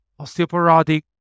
osteoporotic